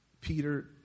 Peter